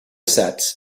sets